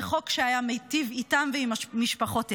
זה חוק שהיה מיטיב איתם ועם משפחותיהם,